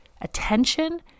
attention